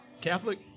Catholic